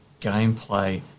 gameplay